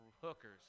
Hookers